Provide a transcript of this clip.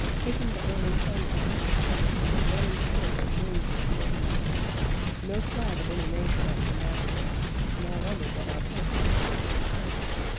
taking the early sunlight on her cannon in running spurts and rings of molten gold no flag of any nation at her masthead. small wonder that our pulses fluttered cold.